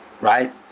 Right